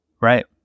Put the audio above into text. Right